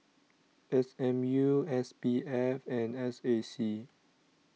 S M U S P F and S A C